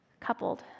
coupled